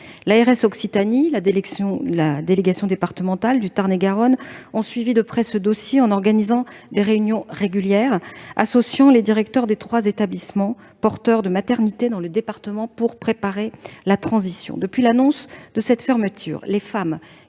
L'ARS Occitanie et sa délégation départementale de Tam-et-Garonne ont suivi de près ce dossier en organisant des réunions régulières associant les directeurs des trois établissements porteurs de maternité dans le département, pour préparer la transition. Depuis l'annonce de cette fermeture, les femmes